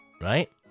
right